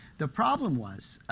the problem was,